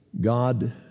God